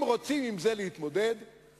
אם רוצים להתמודד עם זה,